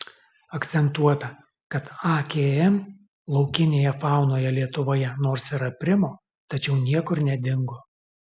akcentuota kad akm laukinėje faunoje lietuvoje nors ir aprimo tačiau niekur nedingo